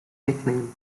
nickname